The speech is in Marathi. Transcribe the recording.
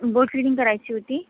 बोर्ड सेटिंग करायची होती